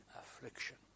affliction